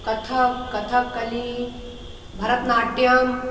Kathak Kathakali Bharatanatyam